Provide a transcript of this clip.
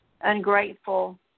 ungrateful